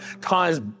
ties